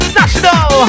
national